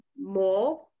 more